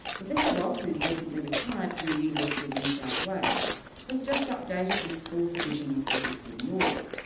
professor ross, who's recently retired from the university of new south wales has just updated his fourth edition of ethics in law,